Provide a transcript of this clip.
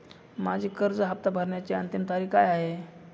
माझी कर्ज हफ्ता भरण्याची अंतिम तारीख काय आहे?